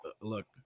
Look